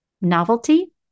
novelty